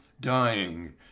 Dying